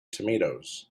tomatoes